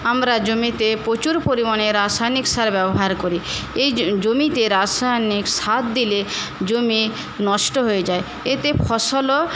আমরা জমিতে প্রচুর পরিমাণে রাসায়নিক সার ব্যবহার করি এই জমিতে রাসায়নিক সার দিলে জমি নষ্ট হয়ে যায় এতে ফসলও